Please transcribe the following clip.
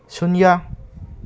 ꯁꯨꯟꯌꯥ